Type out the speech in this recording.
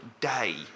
day